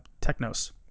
Technos